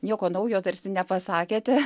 nieko naujo tarsi nepasakėte